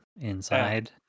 inside